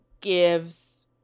gives